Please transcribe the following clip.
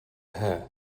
her